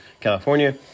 California